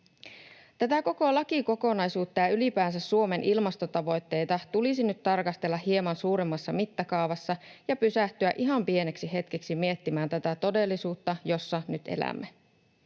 Tätä koko lakikokonaisuutta ja ylipäänsä Suomen ilmastotavoitteita tulisi nyt tarkastella hieman suuremmassa mittakaavassa ja pysähtyä ihan pieneksi hetkeksi miettimään tätä todellisuutta, jossa nyt elämme.